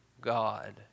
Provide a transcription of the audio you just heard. God